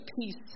peace